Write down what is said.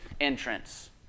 entrance